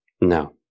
No